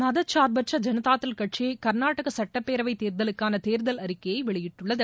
மதச்சார்பற்ற ஜனதாதள் கட்சி கள்நாடக சட்டப்பேரவை தேர்தலுக்கான தேர்தல் அறிக்கையை வெளியிட்டுள்ளது